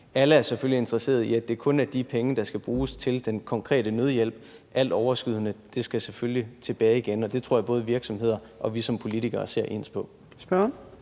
alle er selvfølgelig interesseret i, at det kun er de penge, der skal bruges til den konkrete nødhjælp. Alt overskydende skal selvfølgelig tilbage igen, og det tror jeg både virksomheder og vi som politikere ser ens på.